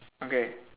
okay